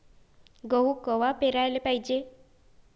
गहू कवा पेराले पायजे?